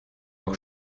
auch